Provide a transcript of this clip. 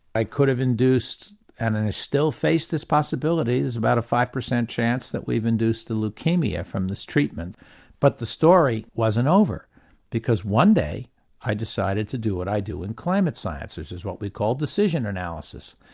i could have induced and and i still face this possibility there's about a five percent chance that we've induced a leukaemia from this treatment but the story wasn't over because one day i decided to do what i do in climate sciences it's what we call decision analysis.